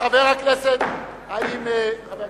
חבר הכנסת פלסנר,